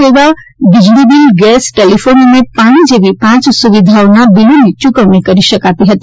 સેવા વીજળીબીલ gas telephone અને પાણી જેવી પાંચ સુવિધાઓના બીલોની ચુકવણી કરી શકાતી હતી